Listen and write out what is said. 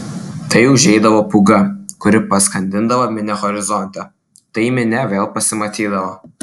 tai užeidavo pūga kuri paskandindavo minią horizonte tai minia vėl pasimatydavo